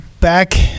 back